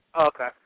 Okay